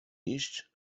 iść